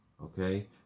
okay